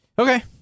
Okay